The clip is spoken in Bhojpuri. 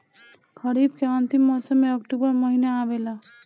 खरीफ़ के अंतिम मौसम में अक्टूबर महीना आवेला?